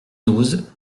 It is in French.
douze